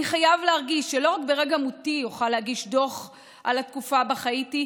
אני חייב להרגיש שלא רק ברגע מותי אוכל להגיש דוח על התקופה שבה חייתי,